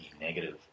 negative